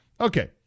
Okay